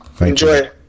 Enjoy